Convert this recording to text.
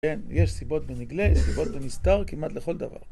כן, יש סיבות בנגלה, סיבות בנסתר, כמעט לכל דבר.